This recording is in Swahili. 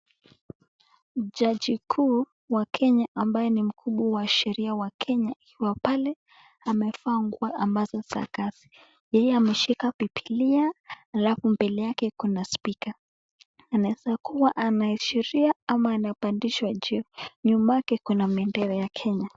Jaji mkuu ambaye ni mkubwa wa sheria wa kenya akiwa pale amevaa nguo ambazo ni za kazi. Yeye ameshika bibilia alafu mbele yake kuna spika anaweza kuwa anaashiria ama amepandishwa cheo nyuma yake kuna bendera ya kenya.